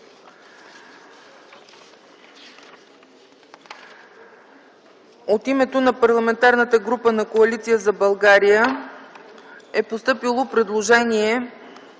От името на Парламентарната група на Коалиция за България е постъпило предложение